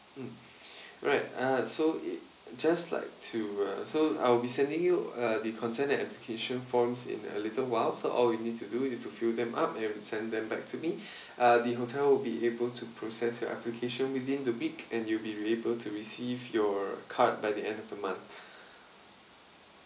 mm right uh so just like to uh so I will be sending you uh the consent and application forms in a little while so all you need to do is to fill them up and send them back to me uh the hotel will be able to process your application within the week and you'll be able to receive your card by the end of the month